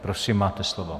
Prosím, máte slovo.